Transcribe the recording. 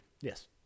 Yes